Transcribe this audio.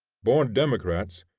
born democrats,